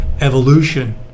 evolution